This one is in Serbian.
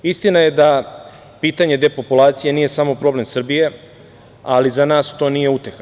Istina je da pitanje depopulacije nije samo problem Srbije, ali za nas to nije uteha.